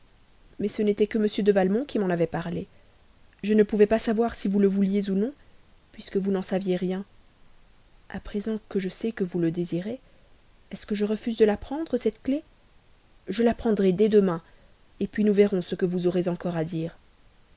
mais ce n'était que m de valmont qui m'en avait parlé je ne pouvais pas savoir si vous le vouliez ou non puisque vous n'en saviez rien a présent que je sais que vous le désirez est-ce que je refuse de la prendre je la prendrai dès demain puis nous verrons ce que vous aurez encore à dire